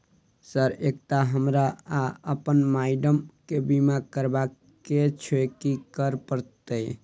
Sir एकटा हमरा आ अप्पन माइडम केँ बीमा करबाक केँ छैय की करऽ परतै?